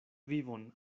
vivon